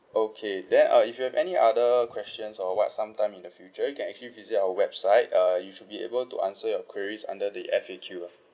okay then uh if you have any other questions or what some time in the future you can actually visit our website uh you should be able to answer your queries under the F_A_Q lah